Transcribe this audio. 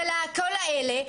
של כל אלה.